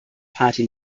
party